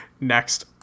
Next